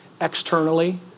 externally